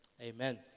amen